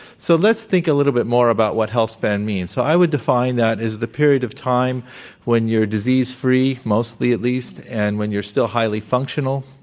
so let's think a little bit more about what health span means. so i would define that as the period of time when you're disease free, mostly at least, and when you're still highly functional.